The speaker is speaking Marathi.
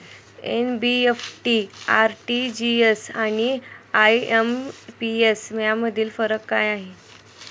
एन.इ.एफ.टी, आर.टी.जी.एस आणि आय.एम.पी.एस यामधील फरक काय आहे?